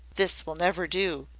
this will never do,